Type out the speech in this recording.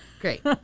Great